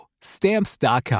Stamps.com